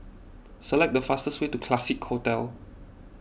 select the fastest way to Classique Hotel